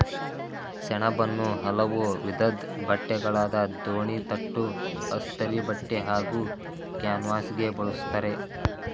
ಸೆಣಬನ್ನು ಹಲವು ವಿಧದ್ ಬಟ್ಟೆಗಳಾದ ಗೋಣಿತಟ್ಟು ಅಸ್ತರಿಬಟ್ಟೆ ಹಾಗೂ ಕ್ಯಾನ್ವಾಸ್ಗೆ ಬಳುಸ್ತರೆ